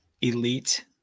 elite